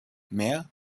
mehr